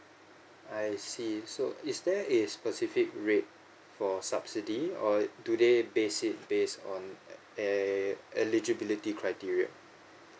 I see so is there a specific rate for subsidy or do they base it based on err eligibility criteria